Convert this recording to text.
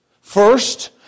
First